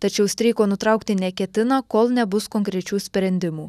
tačiau streiko nutraukti neketina kol nebus konkrečių sprendimų